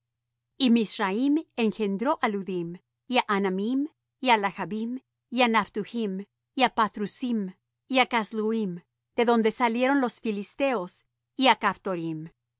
y mizraim engendró á ludim y á anamim y á lehabim y á naphtuhim y á pathrusim y á casluim de donde salieron los filisteos y á